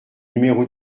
numéro